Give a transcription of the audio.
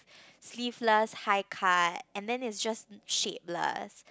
sleeveless high cut and then is just shapeless